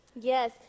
Yes